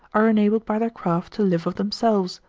are enabled by their craft to live of themselves.